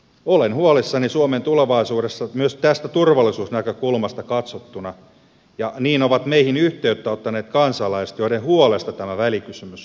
olen huolissani suomen tulevaisuudesta myös tästä turvallisuusnäkökulmasta katsottuna ja niin ovat meihin yhteyttä ottaneet kansalaiset joiden huolesta tämä välikysymys lähti liikkeelle